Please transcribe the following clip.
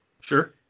Sure